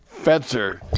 Fetzer